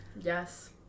Yes